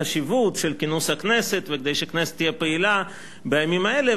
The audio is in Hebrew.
על החשיבות של כינוס הכנסת כדי שהכנסת תהיה פעילה בימים האלה,